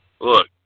Look